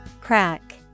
Crack